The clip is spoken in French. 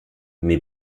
mais